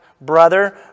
brother